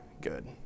good